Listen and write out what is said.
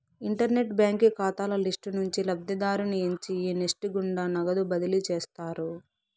internet బాంకీ కాతాల list నుంచి లబ్ధిదారుని ఎంచి ఈ నెస్ట్ గుండా నగదు బదిలీ చేస్తారు